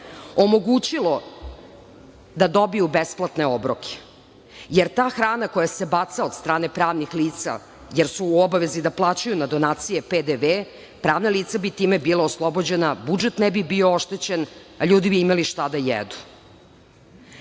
omogućilo da dobiju besplatne obroke, jer ta hrana koja se baca od strane pravnih lica, jer su u obavezi da plaćaju na donacije PDV, pravna lica bi time bila oslobođena, budžet ne bi bio oštećen, a ljudi bi imali šta da jedu. Ja